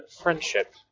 friendship